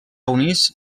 uneix